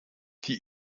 die